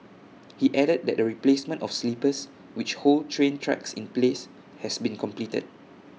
he added that the replacement of sleepers which hold train tracks in place has been completed